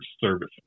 service